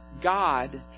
God